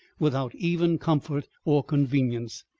without even comfort or convenience,